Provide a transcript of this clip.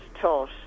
taught